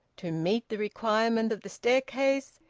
to meet the requirement of the staircase,